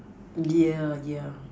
yeah yeah